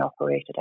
operated